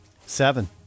seven